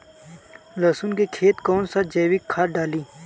लहसुन के खेत कौन सा जैविक खाद डाली?